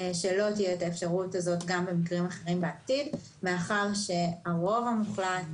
שלא תהיה אפשרות כזאת גם במקרים אחרים בעתיד מכיוון שהרוב המוחלט